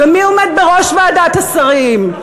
ומי עומד בראש ועדת השרים?